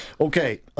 Okay